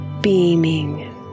beaming